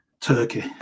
Turkey